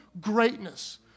greatness